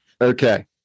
Okay